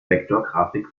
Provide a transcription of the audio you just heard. vektorgrafik